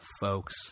folks